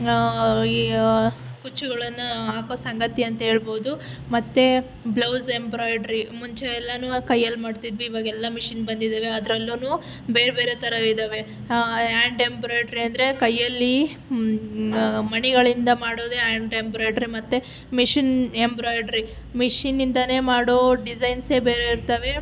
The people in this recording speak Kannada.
ಈ ಕುಚ್ಚುಗಳನ್ನು ಹಾಕೋ ಸಂಗತಿಯಂತ ಹೇಳ್ಬೋದು ಮತ್ತೆ ಬ್ಲೌಸ್ ಎಂಬ್ರಾಯ್ಡ್ರಿ ಮುಂಚೆ ಎಲ್ಲನೂ ಕೈಯ್ಯಲ್ಲಿ ಮಾಡ್ತಿದ್ವಿ ಇವಾಗೆಲ್ಲ ಮಿಷಿನ್ ಬಂದಿದ್ದಾವೆ ಅದ್ರಲ್ಲುನೂ ಬೇರೆ ಬೇರೆ ಥರ ಇದ್ದಾವೆ ಯ್ಯಾಂಡ್ ಎಂಬ್ರಾಯ್ಡ್ರಿ ಅಂದರೆ ಕೈಯ್ಯಲ್ಲಿ ಮಣಿಗಳಿಂದ ಮಾಡೋದೇ ಯ್ಯಾಂಡ್ ಎಂಬ್ರಾಯ್ಡ್ರಿ ಮತ್ತೆ ಮಿಷಿನ್ ಎಂಬ್ರಾಯ್ಡ್ರಿ ಮಿಷಿನಿಂದನೇ ಮಾಡೋ ಡಿಸೈನ್ಸೇ ಬೇರೆ ಇರ್ತಾವೆ